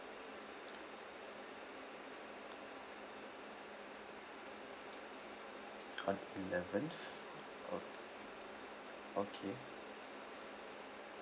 on eleventh oh okay